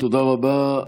תודה רבה.